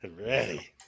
ready